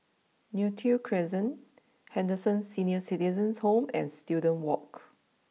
Neo Tiew Crescent Henderson Senior Citizens' Home and Student walk